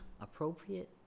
appropriate